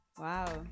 Wow